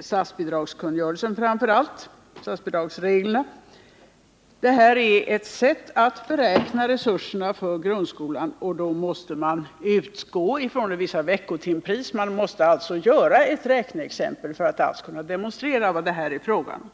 statsbidragsreglerna. Detta är ett sätt att beräkna resurserna för grundskolan, och då måste man utgå från vissa veckotimpriser. Man måste alltså göra ett räkneexempel för att kunna demonstrera vad det är fråga om.